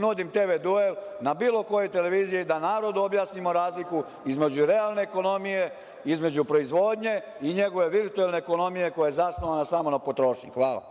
nudim TV duel na bilo kojoj televiziji, da narodu objasnimo razliku između realne ekonomije, između proizvodnje i njegove virtuelne ekonomije koja je zasnovana samo na potrošnji. Hvala.